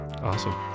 Awesome